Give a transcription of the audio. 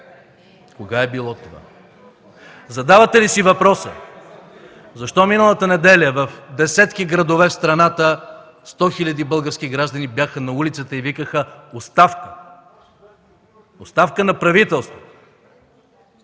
Кога е било това? Задавате ли си въпроса: Защо миналата неделя в десетки градове в страната 100 хиляди български граждани бяха на улиците и викаха: „Оставка!”? Оставка на правителството!